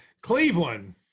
Cleveland